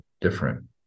different